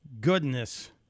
goodness